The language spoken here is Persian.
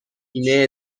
بیمه